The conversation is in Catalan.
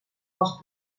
pels